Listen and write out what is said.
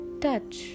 touch